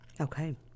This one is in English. okay